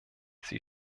sie